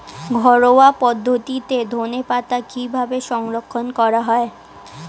ঘরোয়া পদ্ধতিতে ধনেপাতা কিভাবে সংরক্ষণ করা হয়?